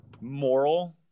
moral